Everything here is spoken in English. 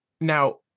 Now